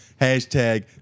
Hashtag